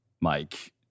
Mike